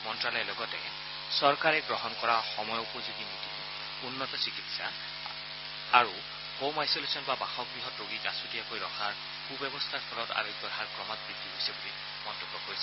মন্ত্যালয়ে লগতে চৰকাৰে গ্ৰহণ কৰা সময়োপযোগী নীতি উন্নত চিকিৎসা ব্যৱস্থা আৰু হোম আইছলেচন বা বাসগৃহত ৰোগীক আছুতীয়াকৈ ৰখাৰ সু ব্যৱস্থাৰ ফলত আৰোগ্যৰ হাৰ ক্ৰমাৎ বুদ্ধি হৈছে বুলি মন্তব্য কৰিছে